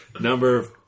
Number